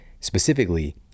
specifically